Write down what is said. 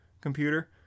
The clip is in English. computer